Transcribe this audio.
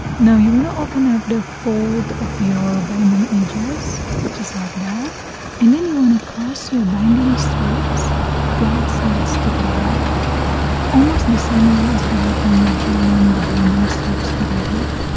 now you want to open up the fold of your binding edges just like that and then you want to cross your binding strips right sides together almost the same way as we did when we joined the binding strips together